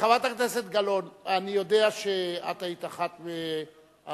חברת הכנסת גלאון, אני יודע שאת היית אחת מהנשים